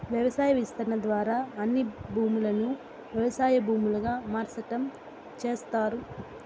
వ్యవసాయ విస్తరణ ద్వారా అన్ని భూములను వ్యవసాయ భూములుగా మార్సటం చేస్తారు